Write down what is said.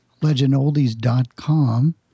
legendoldies.com